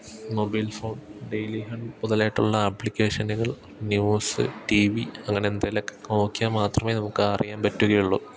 mobile phone Dailyhunt മുതലായിട്ടുള്ള ആപ്ലിക്കേഷനുകൾ news T V അങ്ങനെ എന്തേലൊക്കെ നോക്കിയാല് മാത്രമേ നമുക്ക് അറിയാൻ പറ്റുകയുള്ളൂ